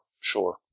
sure